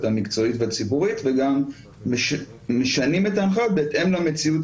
המקצועית והציבורית וגם משנים את ההנחיות בהתאם למציאות